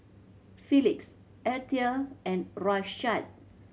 Felix Althea and Rashad